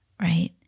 right